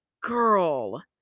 Girl